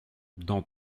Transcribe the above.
dans